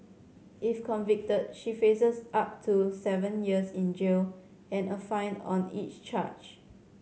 if convicted she faces up to seven years in jail and a fine on each charge